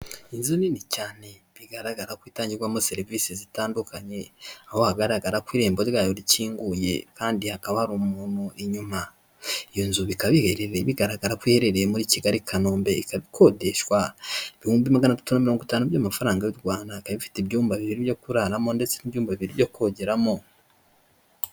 Inzu nini cyane bigaragara ko itangirwamo serivisi zitandukanye aho hagaragara ku irembo ryayo rikinguye kandi hakaba hari umuntu inyuma, iyo nzu bikaba bigaragara ko iherereye muri Kigali i Kanombe, ikaba ikodeshwa ibihumbi magana atatu na mirongo itanu by'amafaranga y'u Rwanda, ikaba ifite ibyumba bibiri byo kuraramo ndetse n'ibyumba bibiri byo kongeramo.